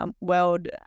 World